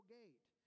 gate